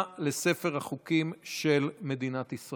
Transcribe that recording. בעד, שבעה חברי כנסת, מתנגדים, אין, נמנעים, אין.